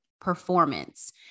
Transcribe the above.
performance